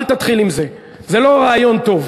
אל תתחיל עם זה, זה לא רעיון טוב.